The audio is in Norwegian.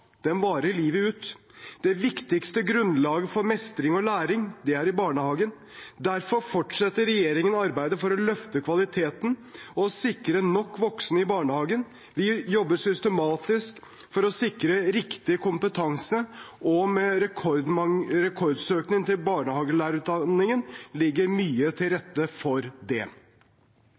varer livet ut. Det viktige grunnlaget for mestring og læring legges i barnehagen. Derfor fortsetter regjeringen arbeidet for å løfte kvaliteten og sikre nok voksne i barnehagene. Vi jobber systematisk for å sikre riktig kompetanse, og med rekordsøkning til barnehagelærerutdanningen ligger mye til rette for det.